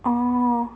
orh